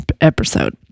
episode